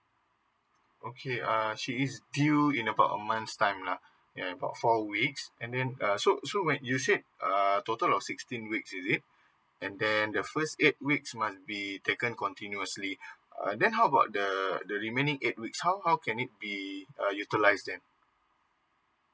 okay err she is due in about a month time lah at about four weeks and then uh so so when you said uh total of sixteen weeks is it and then the first eight weeks must be taken continuously uh then how about the the remaining eight weeks how how can it be uh utilise then